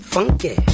Funky